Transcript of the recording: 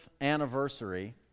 anniversary